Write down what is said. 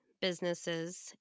businesses